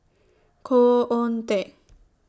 Khoo Oon Teik